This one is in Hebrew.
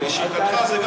הקואליציוני,